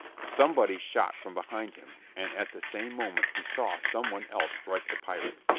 somebody shot from behind him, and at the same moment he saw some one else strike the pirate.